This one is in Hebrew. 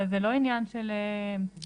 אבל זה לא עניין של נוהל,